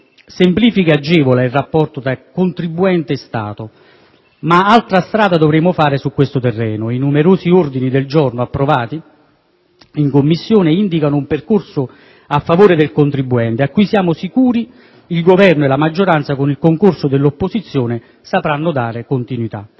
semplifica e agevola il rapporto tra contribuente e Stato, ma altra strada dovremo fare su questo terreno. I numerosi ordini del giorno approvati in Commissione indicano un percorso a favore del contribuente a cui siamo sicuri il Governo e la maggioranza, con il concorso dell'opposizione, sapranno dare continuità.